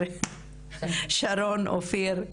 שרון אופיר,